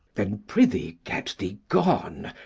then prithee get thee gone.